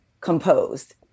composed